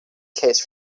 case